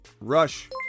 Rush